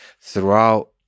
throughout